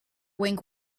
wing